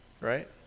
Right